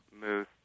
moose